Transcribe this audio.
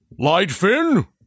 Lightfin